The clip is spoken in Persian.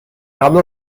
قبل